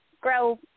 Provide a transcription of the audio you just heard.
grow